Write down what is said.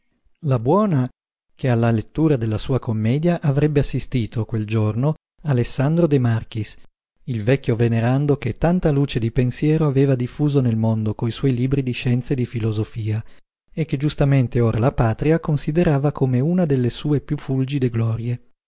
la buona che alla lettura della sua commedia avrebbe assistito quel giorno alessandro de marchis il vecchio venerando che tanta luce di pensiero aveva diffuso nel mondo co suoi libri di scienza e di filosofia e che giustamente ora la patria considerava come una delle sue piú fulgide glorie